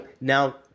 now